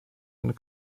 and